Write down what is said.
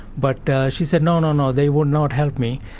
but she said, no, no, no, they would not help me.